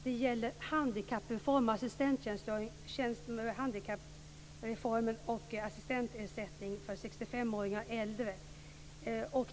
Det gäller handikappreformen och assistansersättning vad beträffar sextiofemåringar och äldre.